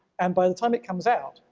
and by the time it comes out,